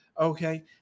Okay